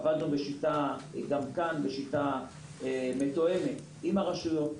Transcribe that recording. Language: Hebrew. עבדנו גם כאן בשיטה מתואמת עם הרשויות,